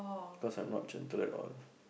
cause I'm not gentle at all